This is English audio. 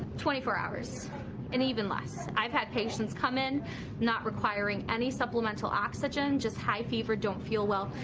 twenty four hours and even less. i have had patients come in not requiring any supplemental oxygen. just high fever, don't feel well.